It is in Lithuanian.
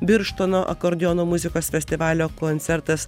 birštono akordeono muzikos festivalio koncertas